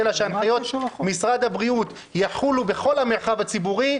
-- אלא שהנחיות משרד הבריאות יחולו בכל המרחב הציבורי,